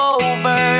over